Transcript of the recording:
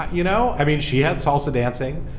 ah you know. i mean, she had salsa dancing.